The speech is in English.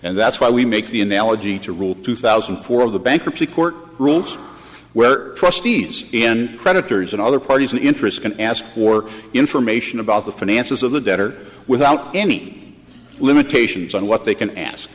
and that's why we make the analogy to rule two thousand and four of the bankruptcy court rules where trustees in creditors and other parties and interests can ask for information about the finances of the debtor without any limitations on what they can ask